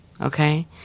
okay